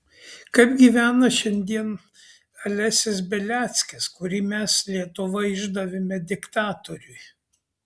kaip gyvena šiandien alesis beliackis kurį mes lietuva išdavėme diktatoriui